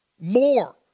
More